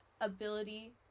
ability